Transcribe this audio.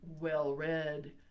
well-read